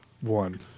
one